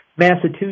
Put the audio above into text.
Massachusetts